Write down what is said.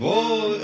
Boy